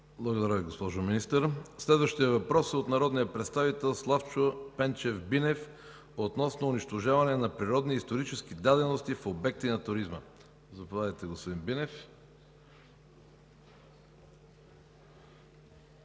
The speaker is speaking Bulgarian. Благодаря Ви, госпожо Министър. Следващият въпрос е от народния представител Слави Пенчев Бинев относно унищожаване на природни и исторически дадености и обекти за туризъм. Заповядайте, господин Бинев.